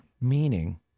Meaning